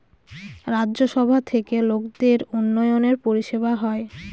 রাজ্য সভা থেকে লোকদের উন্নয়নের পরিষেবা হয়